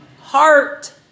heart